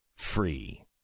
free